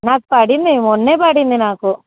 నాకు పడింది మొన్నే పడింది నాకు